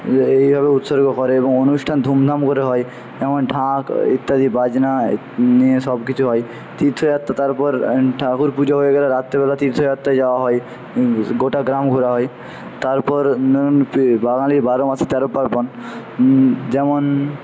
এইভাবে উৎসর্গ করে এবং অনুষ্ঠান ধুমধাম করে হয় যেমন ঢাক ইত্যাদি বাজনা নিয়ে সব কিছু হয় তীর্থযাত্রা তারপর ঠাকুর পুজো হয়ে গেলে রাত্রেবেলা তীর্থযাত্রায় যাওয়া হয় গোটা গ্রাম ঘোরা হয় তারপর বাঙালির বারো মাসে তেরো পার্বণ যেমন